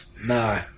No